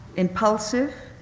impulsive,